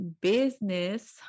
business